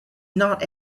not